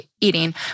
eating